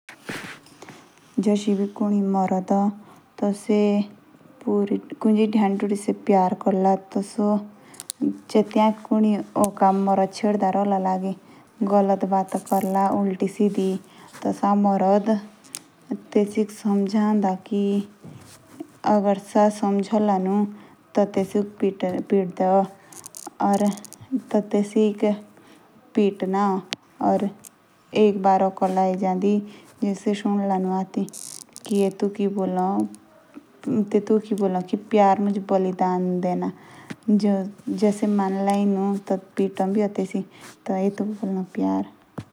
जस कुने मरद भी ए। टी से कुजी दयंतुडी से प्यार क्रला। जे तियाक कुडी चेडले टी टेसिक स्मझंदे ए। मुझे यह समझ में आया कि यह एक कठिन समय है।